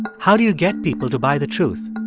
how do you get people to buy the truth?